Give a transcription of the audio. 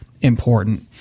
important